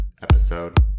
episode